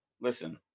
listen